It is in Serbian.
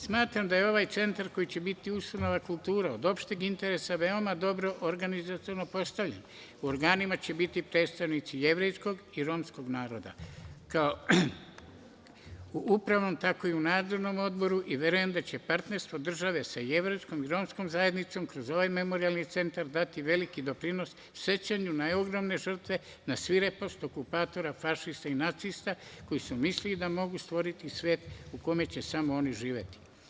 Smatram da je ovaj centar koji će biti ustanova kultura od opšteg interesa, veoma dobro organizaciono postavljen, u organima će biti predstavnici jevrejskog i romskog naroda, kao i u upravnom tako i u nadzornom odboru, i verujem da će partnerstvo države sa jevrejskom i romskom zajednicom, kroz ovaj memorijalni centar dati veliki doprinos, sećanju na ogromne žrtve na svirepost okupatora, fašista i nacista koji su mislili da mogu stvoriti svet u kome će samo oni živeti.